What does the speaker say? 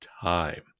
time